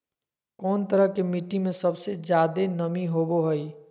कौन तरह के मिट्टी में सबसे जादे नमी होबो हइ?